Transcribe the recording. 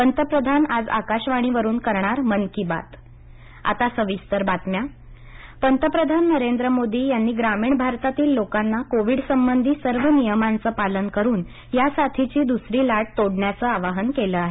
पंतप्रधान आज आकाशवाणीवरुन करणार मन की बात पंतप्रधान स्वामित्व पंतप्रधान नरेंद्र मोदी यांनी ग्रामीण भारतातील लोकांना कोविडसंबंधी सर्व नियमांचं पालन करुन या साथीची द्सरी लाट तोडण्याचं आवाहन केलं आहे